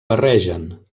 barregen